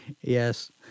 Yes